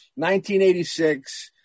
1986